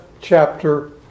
chapter